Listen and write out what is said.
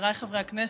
חבריי חברי הכנסת,